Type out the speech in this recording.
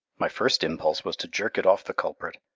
my first impulse was to jerk it off the culprit,